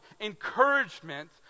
encouragement